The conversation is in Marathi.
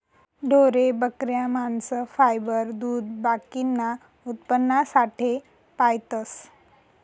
ढोरे, बकऱ्या, मांस, फायबर, दूध बाकीना उत्पन्नासाठे पायतस